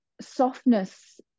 softness